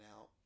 out